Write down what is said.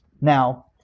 Now